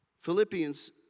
Philippians